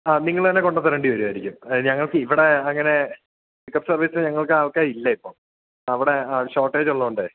ആ നിങ്ങള് തന്നെ കൊണ്ടുതരേണ്ടി വരുമായിരിക്കും അതായത് ഞങ്ങൾക്കിവിടെ അങ്ങനെ പിക്കപ്പ് സർവീസിന് ഞങ്ങൾക്ക് ആൾക്കാരില്ല ഇപ്പം അവിടെയാ ഷോട്ടേജുള്ളതുകൊണ്ട്